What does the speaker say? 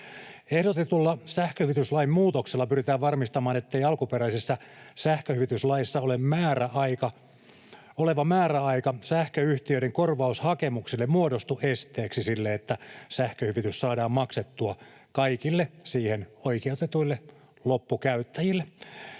Ehdotetulla sähköhyvityslain muutoksella pyritään varmistamaan, ettei alkuperäisessä sähköhyvityslaissa oleva määräaika sähköyhtiöiden korvaushakemukselle muodostu esteeksi sille, että sähköhyvitys saadaan maksettua kaikille siihen oikeutetuille loppukäyttäjille.